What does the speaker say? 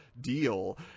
deal